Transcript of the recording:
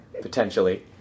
potentially